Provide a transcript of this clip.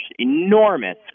enormous